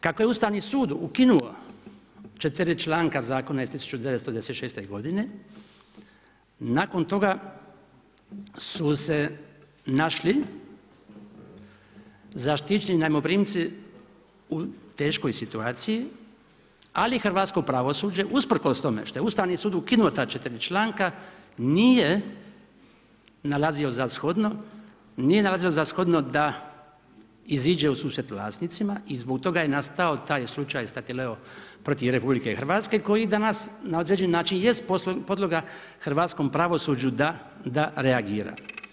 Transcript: Kako je Ustavni sud ukinuo četiri članka zakona iz 1996. godine, nakon toga su se našli zaštićeni najmoprimci u teškoj situaciji ali hrvatsko pravosuđe usprkos tome što je Ustavni sud ukinuo ta 4 članka nije nalazio za shodno, nije nalazio za shodno da iziđe u susret vlasnicima i zbog toga je nastao taj slučaj Statileo protiv RH koji danas na određeni način jest podloga hrvatskom pravosuđu da reagira.